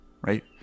right